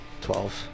Twelve